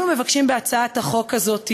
אנחנו מבקשים בהצעת החוק הזאת,